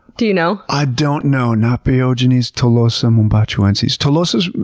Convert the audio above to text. do you know? i don't know. napeogenes tolosa mombachoenses. tolosa's,